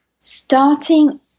starting